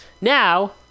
Now